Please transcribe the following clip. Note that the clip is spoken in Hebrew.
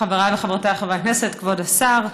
חבריי וחברותיי חברי הכנסת, כבוד השר,